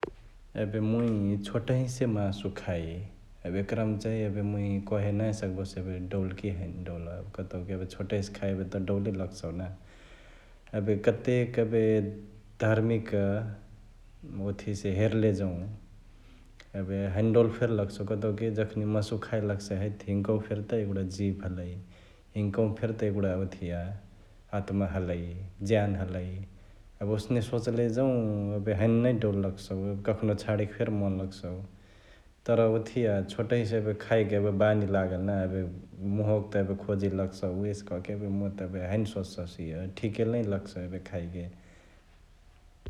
एबे मुइ छोटहिसे मासु खाई एबे एकरमा चैं एबे मुइ कहे नांही सकबसु एबे डौल कि हैने डौल कतउ कि एबे छोटहिसे खाई बडही त डौले लगसौ ना । एबे कतेक एबे धार्मिक ओथिया से हेर्ले जौं एबे हैने डौल फेरी लगसउ कतउकी जखनी मासुवा खई लगसही हैत हिन्का फेरी त एगुडा जीब हलई, हिन्का फेरी त एबे ओथिया आत्मा हलई, ज्यान हलई । एबे ओसने सोचले जौं एबे हैने नै डौल लगसउ एबे कखनो छाडेके मन फेरी लगसउ तर ओथिया छोटहिसे एबे खाएके एबे बानी लागल ना एबे मुहवा त एबे खोजी लगसउ उहेसे कहके एबे मुइ त एबे हैने सोचससु इअ ठिके नै लगसउ एबे खाइके ।